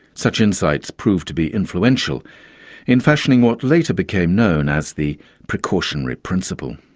such insights proved to be influential in fashioning what later became known as the precautionary principle.